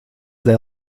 they